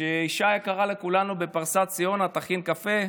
כשאישה יקרה לכולנו בפרסה, ציונה, תכין קפה.